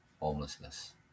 homelessness